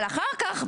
אבל אחר כך,